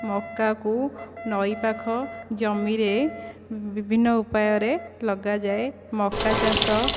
ମକାକୁ ନଈ ପାଖ ଜମିରେ ବିଭିନ୍ନ ଉପାୟରେ ଲଗାଯାଏ ମକା ଚାଷ